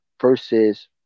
versus